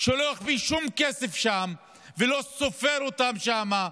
שהוא לא החביא שום כסף שם ולא סופר אותם שם,